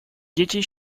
дети